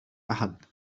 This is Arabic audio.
أحد